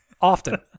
Often